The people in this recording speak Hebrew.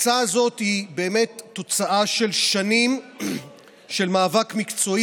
ההצעה הזאת היא באמת תוצאה של שנים של מאבק מקצועי